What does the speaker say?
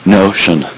notion